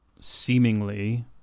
seemingly